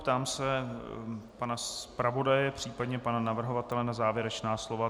Ptám se pana zpravodaje, případně pana navrhovatele na závěrečná slova.